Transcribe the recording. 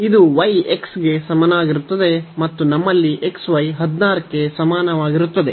ಇದು y x ಗೆ ಸಮಾನವಾಗಿರುತ್ತದೆ ಮತ್ತು ನಮ್ಮಲ್ಲಿ xy 16 ಕ್ಕೆ ಸಮಾನವಾಗಿರುತ್ತದೆ